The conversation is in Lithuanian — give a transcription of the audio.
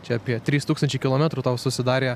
čia apie trys tūkstančiai kilometrų tau susidarė